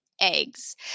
eggs